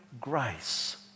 grace